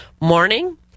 morning